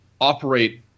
operate